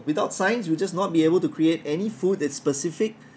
without science you'll just not be able to create any food that specific